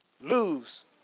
lose